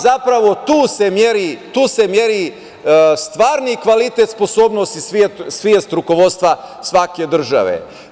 Zapravo, tu se meri stvarni kvalitet sposobnosti i svest rukovodstva svake države.